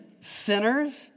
sinners